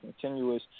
continuous